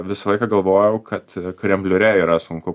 visą laiką galvojau kad krembriulę yra sunku